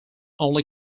only